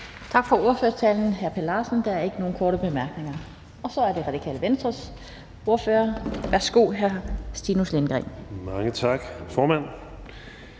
for ordførertalen. Der er ikke nogen korte bemærkninger. Så er det Radikale Venstres ordfører. Værsgo, hr. Stinus Lindgreen. Kl.